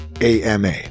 AMA